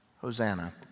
Hosanna